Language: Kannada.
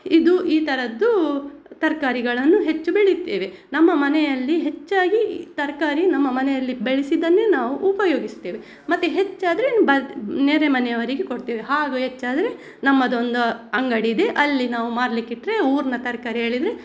ಇದು ಈ ಥರದ್ದು ತರಕಾರಿಗಳನ್ನು ಹೆಚ್ಚು ಬೆಳೆಯುತ್ತೇವೆ ನಮ್ಮ ಮನೆಯಲ್ಲಿ ಹೆಚ್ಚಾಗಿ ತರಕಾರಿ ನಮ್ಮ ಮನೆಯಲ್ಲಿ ಬೆಳೆಸಿದ್ದನ್ನೆ ನಾವು ಉಪಯೋಗಿಸ್ತೇವೆ ಮತ್ತೆ ಹೆಚ್ಚಾದರೆ ಬ ನೆರೆ ಮನೆಯವರಿಗೆ ಕೊಡ್ತೇವೆ ಹಾಗು ಹೆಚ್ಚಾದರೆ ನಮ್ಮದೊಂದು ಅಂಗಡಿ ಇದೆ ಅಲ್ಲಿ ನಾವು ಮಾರಲಿಕ್ಕಿಟ್ರೆ ಊರಿನ ತರಕಾರಿ ಹೇಳಿದ್ರೆ